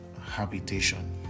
habitation